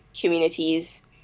communities